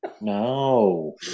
No